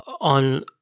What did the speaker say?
on